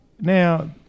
now